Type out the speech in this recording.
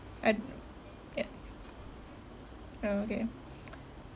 I ya orh okay